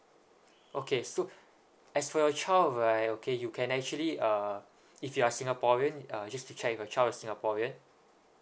okay so as for your child right okay you can actually uh if you are singaporean just to check if your child is singaporean